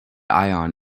ion